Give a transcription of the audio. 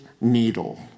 needle